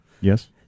Yes